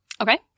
okay